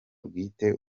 bwite